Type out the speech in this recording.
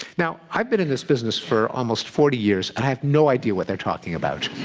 now, i've been in this business for almost forty years, and i have no idea what they're talking about.